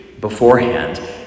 beforehand